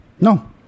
No